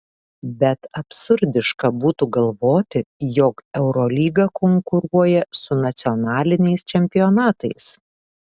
bet absurdiška būtų galvoti jog eurolyga konkuruoja su nacionaliniais čempionatais